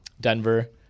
Denver